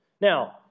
Now